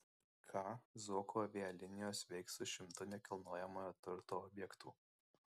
ką zuoko avialinijos veiks su šimtu nekilnojamojo turto objektų